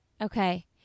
Okay